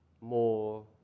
more